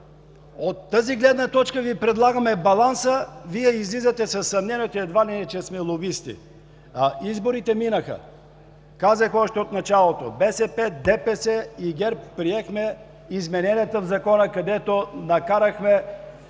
От тази гледна точка Ви предлагаме баланса, а Вие излизате със съмнението едва ли не, че сме лобисти, а изборите минаха. Казах още от началото – БСП, ДПС и ГЕРБ приехме измененията в Закона, където накарахме